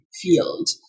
field